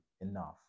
enough